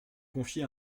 confié